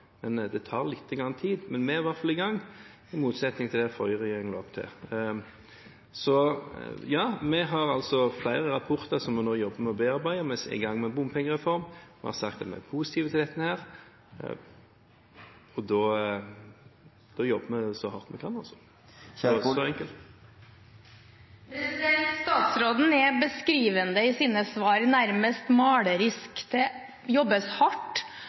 men det tar litt tid. Men vi er i hvert fall i gang, i motsetning til det den forrige regjeringen la opp til. Så ja, vi har flere rapporter som vi nå jobber med å bearbeide, vi er i gang med en bompengereform, vi har sagt vi er positive til dette. Og da jobber vi så hardt vi kan – så enkelt. Statsråden er beskrivende i sine svar, nærmest malerisk: Det jobbes hardt,